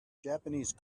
japanese